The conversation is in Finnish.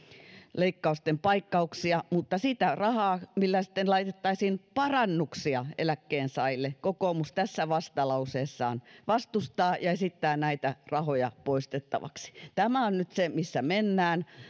leikkausten paikkauksia mutta sitä rahaa millä sitten laitettaisiin parannuksia eläkkeensaajille kokoomus tässä vastalauseessaan vastustaa ja esittää näitä rahoja poistettavaksi tämä on nyt se missä mennään